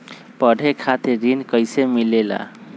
पढे खातीर ऋण कईसे मिले ला?